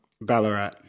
Ballarat